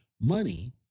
money